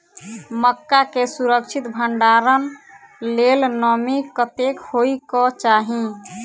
मक्का केँ सुरक्षित भण्डारण लेल नमी कतेक होइ कऽ चाहि?